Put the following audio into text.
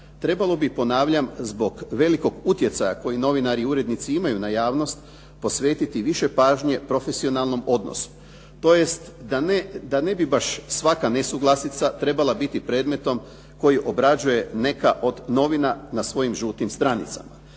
trebalo bi, ponavljam, zbog velikog utjecaja koji novinari i urednici imaju na javnost posvetiti više pažnje profesionalnom odnosu, tj. da ne bi baš svaka nesuglasica trebala biti predmetom koji obrađuje neka od novina na svojim žutim stranicama.